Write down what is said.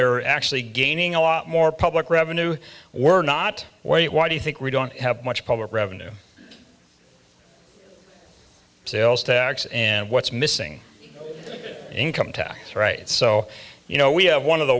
they're actually gaining a lot more public revenue we're not way why do you think we don't have much public revenue sales tax and what's missing income tax right so you know we have one of the